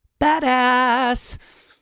Badass